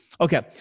Okay